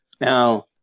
Now